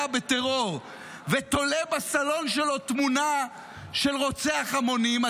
בטרור ותולה בסלון שלו תמונה של רוצח המונים,